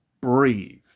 breathe